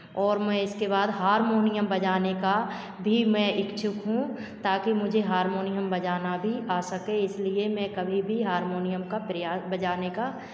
और मैं इसके बाद हारमोनियम बजाने का भी मैं इच्छुक हूँ ताकि मुझे हारमोनियम बजाना भी आ सके इसलिए मैं कभी भी हारमोनियम का प्रयाग बजाने का